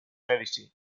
medici